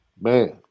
man